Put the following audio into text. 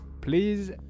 please